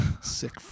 Sick